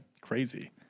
Crazy